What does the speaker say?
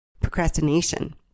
Procrastination